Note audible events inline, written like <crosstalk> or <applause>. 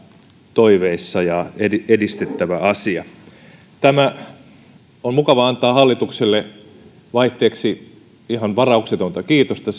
toiveissa ja edistettävä asia on mukavaa antaa hallitukselle vaihteeksi ihan varauksetonta kiitosta <unintelligible>